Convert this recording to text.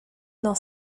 dans